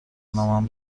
نامم